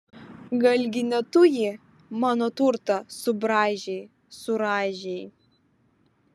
galgi ne tu jį mano turtą subraižei suraižei